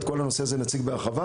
את כל הנושא הזה נציג בהרחבה,